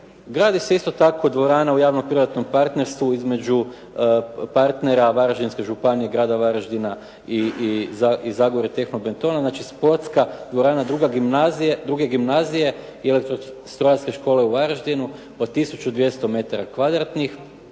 Gradi se isto tako dvorana u javno-privatnom partnerstvu između partnera Varaždinske županije i grada Varaždina i Zagorje Tehnobetona. Znači, sportska dvorana II. Gimnazije i Elektro-strojarske škole u Varaždinu od 1200 metara kvadratnih